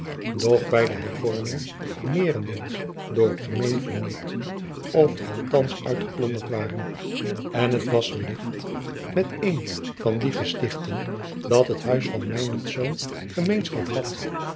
doch bij de hervorming meerendeels door t gemeen vernield of althands uitgeplonderd waren en het was wellicht met een van die gestichten dat het huis van meinertz gemeenschap had